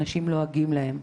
אנשים לועגים להם.